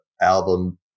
album